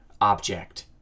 object